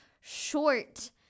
short